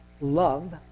love